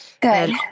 good